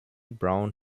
brown